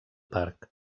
parc